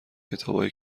کتابای